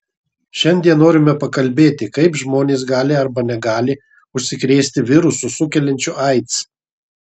šiandien norime pakalbėti kaip žmonės gali arba negali užsikrėsti virusu sukeliančiu aids